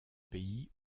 pays